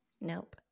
Nope